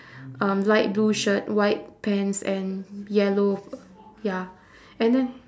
um light blue shirt white pants and yellow ya and then